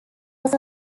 was